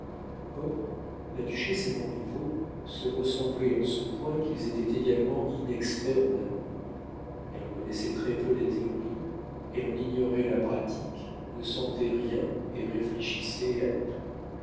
or la duchesse et montriveau se ressemblaient en ce point qu'ils étaient également inexperts en amour elle en connaissait très-peu la théorie elle en ignorait la pratique ne sentait rien et réfléchissait à tout